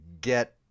get